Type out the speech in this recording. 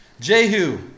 Jehu